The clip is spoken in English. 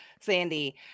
Sandy